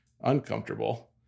uncomfortable